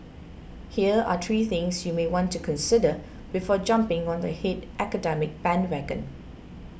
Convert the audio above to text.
here are three things you may want to consider before jumping on the hate academic bandwagon